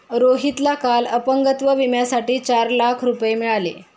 रोहितला काल अपंगत्व विम्यासाठी चार लाख रुपये मिळाले